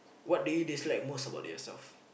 what do you dislike most about yourself